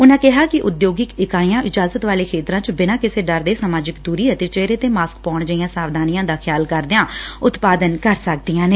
ਉਨਾਂ ਕਿਹਾ ਕਿ ਉਦਯੋਗਿਕ ਇਕਾਈਆਂ ਇਜਾਜ਼ਤ ਵਾਲੇ ਖੇਤਰਾਂ ਚ ਬਿਨਾਂ ਕਿਸੇ ਡਰ ਦੇ ਸਮਾਜਿਕ ਦੁਰੀ ਅਤੇ ਚੇਹਰੇ ਤੇ ਮਾਸਕ ਪਾਉਣ ਜਿਹੀਆਂ ਸਾਵਧਾਨੀਆਂ ਦਾ ਖਿਆਲ ਕਰਦਿਆਂ ਉਤਪਾਦਨ ਕਰ ਸਕਦੇ ਨੇ